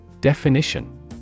Definition